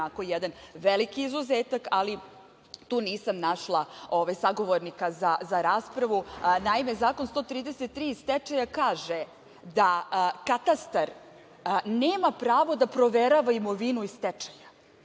pravi jedan veliki izuzetak, ali tu nisam našla sagovornika za raspravu. Naime, Zakon 133. iz stečaja kaže da katastar nema pravo da proverava imovinu iz stečaja